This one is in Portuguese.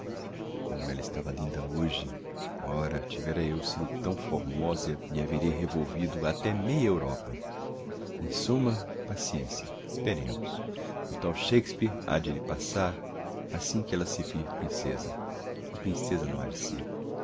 como ella estava linda hoje ora tivera eu sido tão formosa e haveria revolvido até meia europa em summa paciencia esperemos o tal shakspeare ha de lhe passar assim que ella se vir princêsa e que princêsa não ha de ser